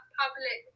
public